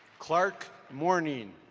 clark morning.